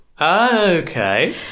Okay